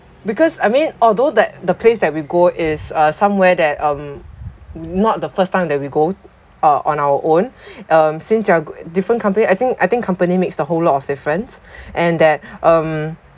because I mean although that the place that we go is uh somewhere that um not the first time that we go uh on our own um since you're g~ different company I think I think company makes a whole lot of difference and that um